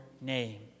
name